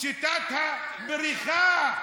שיטת הבריחה.